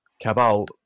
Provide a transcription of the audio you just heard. cabal